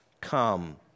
come